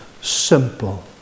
simple